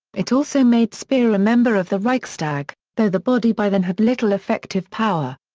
it also made speer a member of the reichstag, though the body by then had little effective power.